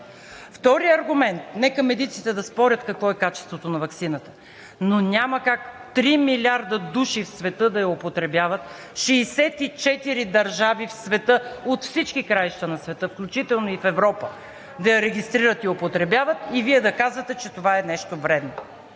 Вторият аргумент – нека медиците да спорят какво е качеството на ваксината, но няма как 3 милиарда души в света да я употребяват, 64 държави в света от всички краища на света, включително и в Европа, да я регистрират и употребяват и Вие да казвате, че това е нещо вредно!